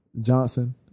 Johnson